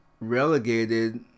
relegated